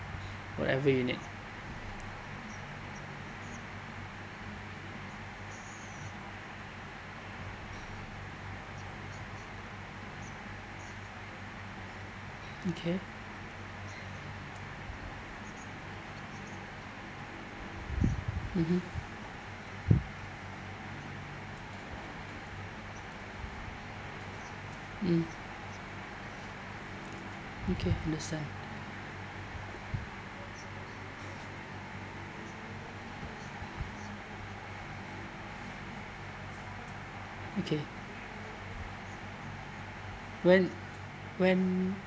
whatever you need okay mmhmm mm okay understand okay when when